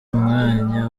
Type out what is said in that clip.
umwanya